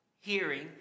hearing